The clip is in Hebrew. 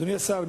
אדוני השר,